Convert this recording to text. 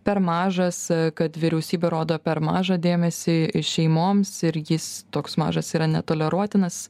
per mažas kad vyriausybė rodo per mažą dėmesį šeimoms ir jis toks mažas yra netoleruotinas